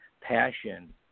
passion